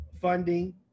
funding